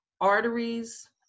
arteries